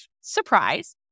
surprise